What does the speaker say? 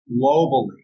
globally